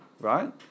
right